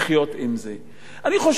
אני חושב שפשוט מאוד,